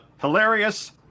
hilarious